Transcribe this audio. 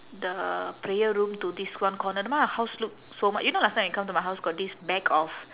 the prayer room to this one corner then now my house look so mu~ you know last time you come to my house got this bag of